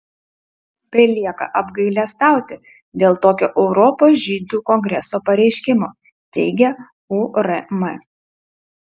belieka apgailestauti dėl tokio europos žydų kongreso pareiškimo teigia urm